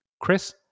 Chris